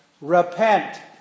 repent